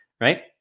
right